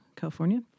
California